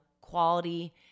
quality